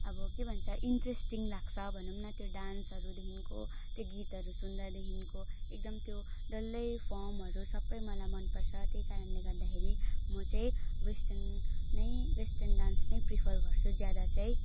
अब के भन्छ इन्ट्रेस्टिङ लाग्छ भनौँ न त्यो डान्सहरूदेखिको त्यो गीतहरू सुन्दादेखिको एकदम त्यो डल्लै फर्महरू सबै मलाई मन पर्छ त्यही कारणले गर्दाखेरि म चाहिँ वेस्टर्न नै वेस्टर्न डान्स नै प्रिफर गर्छु ज्यादा चाहिँ